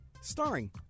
starring